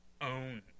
own